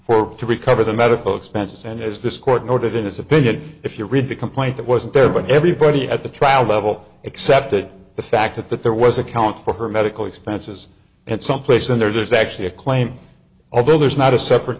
for to recover the medical expenses and as this court noted in his opinion if you read the complaint that wasn't there but everybody at the trial level accepted the fact that there was a count for her medical expenses and someplace and there's actually a claim although there's not a separate